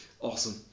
Awesome